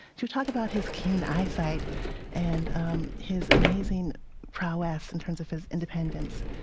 she would talk about his keen eyesight and um his amazing prowess in terms of his independence,